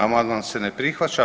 Amandman se ne prihvaća.